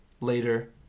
later